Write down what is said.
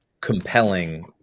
compelling